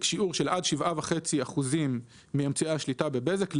בשיעור של עד 7.5% מאמצעי השליטה בבזק,